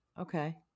Okay